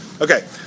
Okay